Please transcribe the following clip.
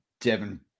Devin